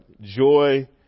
joy